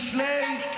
בפרפראזה למשלי,